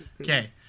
Okay